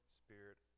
spirit